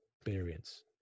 experience